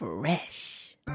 fresh